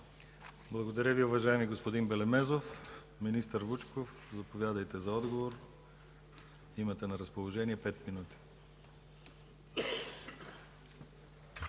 Благодаря Ви, уважаеми господин Белемезов. Министър Вучков, заповядайте за отговор. Имате на разположение пет минути.